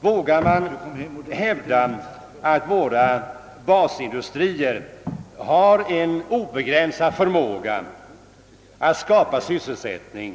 Vågar man hävda att våra basindustrier har en obegränsad förmåga att skapa sysselsättning?